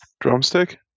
Drumstick